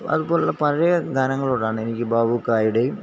അതുപോലുള്ള പഴയ ഗാനങ്ങളോടാണ് എനിക്ക് ബവുക്കയുടെയും